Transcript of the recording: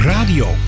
Radio